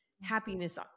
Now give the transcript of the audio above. happiness